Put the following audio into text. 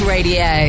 Radio